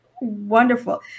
Wonderful